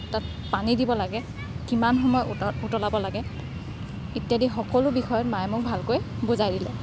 তাত পানী দিব লাগে কিমান সময় উতলাব লাগে ইত্যাদি সকলো বিষয়ত মায়ে মোক ভালকৈ বুজাই দিলে